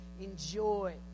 enjoy